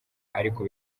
ariko